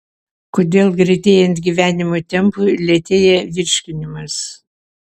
kodėl greitėjant gyvenimo tempui lėtėja virškinimas